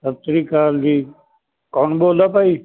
ਸਤਿ ਸ਼੍ਰੀ ਅਕਾਲ ਜੀ ਕੌਣ ਬੋਲਦਾ ਭਾਈ